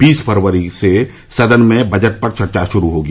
बीस फरवरी से सदन में बजट पर चर्चा शुरू होगी